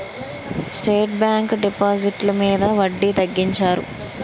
state bank డిపాజిట్లు మీద వడ్డీ తగ్గించారు